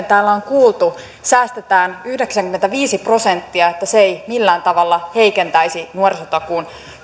täällä on kuultu säästetään yhdeksänkymmentäviisi prosenttia että se ei millään tavalla heikentäisi nuorisotakuun